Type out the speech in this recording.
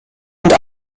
und